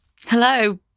Hello